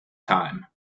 time